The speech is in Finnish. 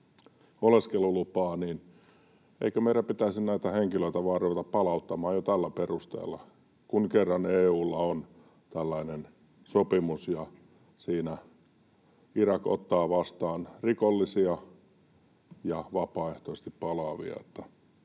oleskelulupaa? Eikö meidän pitäisi näitä henkilöitä vain ruveta palauttamaan jo tällä perusteella, kun kerran EU:lla on tällainen sopimus ja siinä Irak ottaa vastaan rikollisia ja vapaaehtoisesti palaavia?